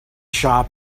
shop